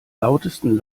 lautesten